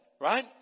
Right